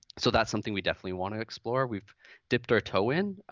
so that's something we definitely want to explore. we dipped our toe in,